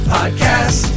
Podcast